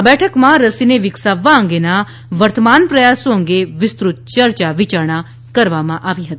આ બેઠકમાં રસીને વિકસાવવા અંગેના વર્તમાન પ્રયાસો અંગે વિસ્તૃત ચર્ચા વિચારણા કરવામાં આવી હતી